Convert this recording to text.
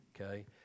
Okay